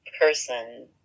person